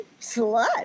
slut